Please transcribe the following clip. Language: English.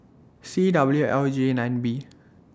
C W L J nine B